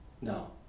No